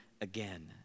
again